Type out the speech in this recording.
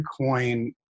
Bitcoin